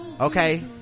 okay